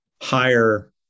higher